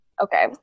Okay